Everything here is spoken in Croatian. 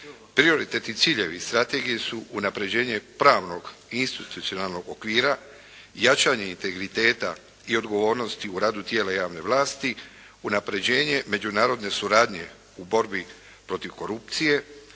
prioritetni ciljevi strategije su unaprjeđenje pravnog i institucionalnog okvira, jačanje integriteta i odgovornosti u radu tijela javne vlasti, unaprjeđenje međunarodne suradnje u borbu protiv korupcije,